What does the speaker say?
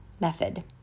method